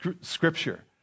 scripture